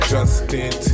Justin